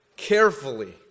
carefully